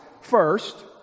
first